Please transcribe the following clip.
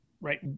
right